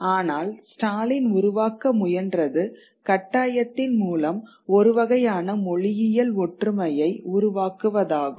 ஆனால் ஸ்டாலின் உருவாக்க முயன்றது கட்டாயத்தின் மூலம் ஒரு வகையான மொழியியல் ஒற்றுமையை உருவாக்குவதாகும்